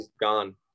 gone